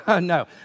No